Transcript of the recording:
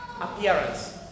appearance